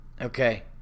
Okay